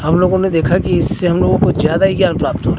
हम लोगों ने देखा कि इससे हम लोगों को ज़्यादा ही ज्ञान प्राप्त हो रहा है